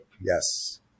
Yes